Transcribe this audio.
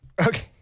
Okay